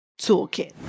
toolkit